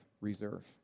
reserve